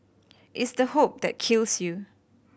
it's the hope that kills you